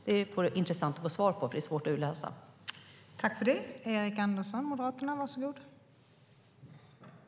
Det skulle vara intressant att få svar på den frågan, eftersom det är svårt att utläsa det i motionen.